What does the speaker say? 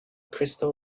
crystal